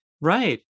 Right